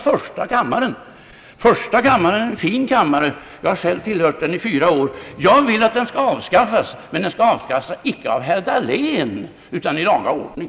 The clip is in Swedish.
Första kammaren är en fin kammare. Jag har själv tillhört den i fyra år. Jag vill att den skall avskaffas, men den skall icke avskaffas av herr Dahlén utan i laga ordning.